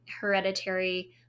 Hereditary